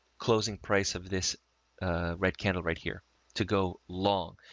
closing price of this, a red candle right here to go long.